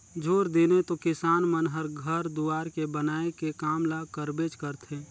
झूर दिने तो किसान मन हर घर दुवार के बनाए के काम ल करबेच करथे